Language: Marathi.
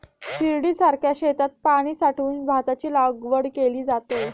शिर्डीसारख्या शेतात पाणी साठवून भाताची लागवड केली जाते